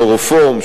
כלורופורם,